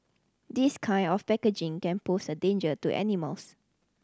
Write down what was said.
this kind of packaging can pose a danger to animals